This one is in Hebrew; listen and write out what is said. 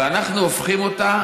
ואנחנו הופכים אותה